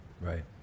right